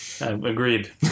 Agreed